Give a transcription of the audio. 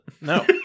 No